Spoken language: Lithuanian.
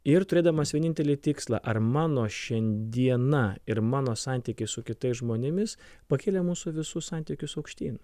ir turėdamas vienintelį tikslą ar mano šiandiena ir mano santykis su kitais žmonėmis pakelia mūsų visų santykius aukštyn